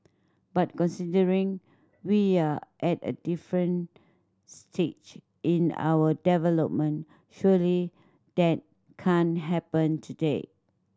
but considering we are at a different stage in our development surely that can't happen today